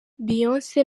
beyonce